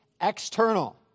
external